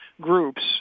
groups